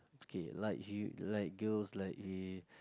okay like you like girls like eh